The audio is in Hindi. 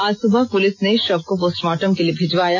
आज सुबह पुलिस ने शव को पोस्टमॉर्टम के लिए भिजवाया